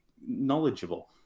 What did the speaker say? knowledgeable